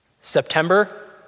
September